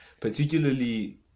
particularly